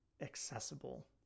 accessible